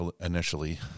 initially